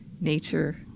nature